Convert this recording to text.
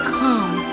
come